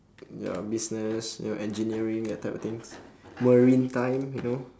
ya business ya engineering that type of things maritime you know